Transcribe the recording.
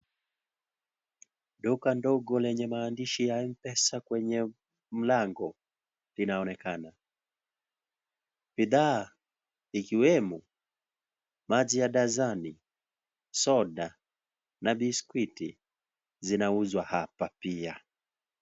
Duka ndogo lenye maandishi ya Mpesa kwenye mlango inaonekana bidhaa ikiwemo maji ya dasani, soda na biskuiti zinauzwa hapa pia.